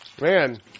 Man